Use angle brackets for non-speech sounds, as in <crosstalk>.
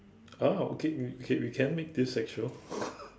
ah okay we can we can make this sexual <laughs>